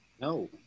No